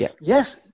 Yes